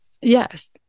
Yes